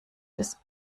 des